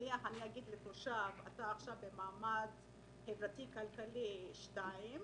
אם אני אגיד לתושב: אתה עכשיו במעמד חברתי-כלכלי שתיים,